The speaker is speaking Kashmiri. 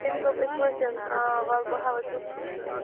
تٔمۍ دوٚپ یِتھ پٲٹھۍ وَلہٕ بہٕ ہاوَے کُس چھی سُہ